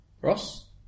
Ross